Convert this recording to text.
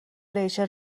ریچل